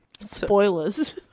Spoilers